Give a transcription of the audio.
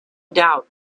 doubt